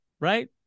Right